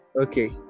okay